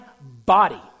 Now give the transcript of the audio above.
body